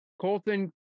Colton